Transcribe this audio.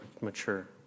mature